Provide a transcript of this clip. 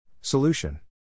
Solution